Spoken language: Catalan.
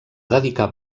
dedicar